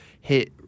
hit